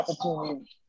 opportunity